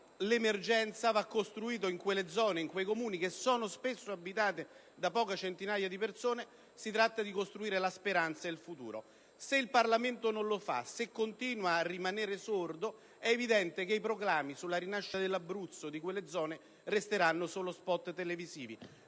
l'emergenza, in quelle zone e in quei Comuni che sono spesso abitati da poche centinaia di persone, bisogna ricostruire la speranza e il futuro. Se il Parlamento non lo fa e se continua a mostrarsi sordo, è evidente che i proclami sulla rinascita dell'Abruzzo e di quelle zone resteranno soltanto *spot* televisivi.